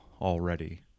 already